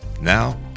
Now